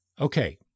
Okay